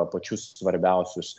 pačius svarbiausius